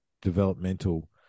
developmental